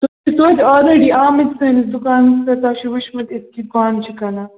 توتہِ آلریٚڈی آمٕتۍ سٲنِس دُکانَس پٮ۪ٹھ تۄہہِ چھُو وُچھمت أسۍ کِتھ بانہٕ چھِ کٕنان